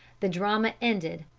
the drama ended,